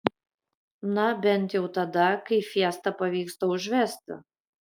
na bent jau tada kai fiesta pavyksta užvesti